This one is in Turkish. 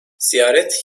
ziyaret